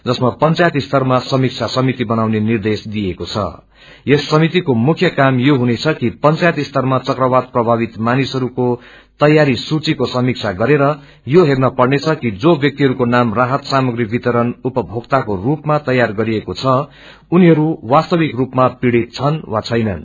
जसमा पंचायत स्तरमा समीक्षा समिति बनाउने निर्देश दिइएको छं यस समितिको मुख्य का मयो हुनेछ कि पंचायत स्तरमा चक्रवात प्रभावित मासिसहरूको तैयारी सूचीको समीक्षा गरेर यो हेँन पर्नेछ कि जो व्याक्तिहरूको नाम राहत सामग्री वितरण उपमोक्तको रूपमा तैयार गरिएको छ उनीहरू वास्तविक रूपमा पीड़ित छन् वा छैनन्